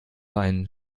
einen